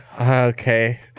okay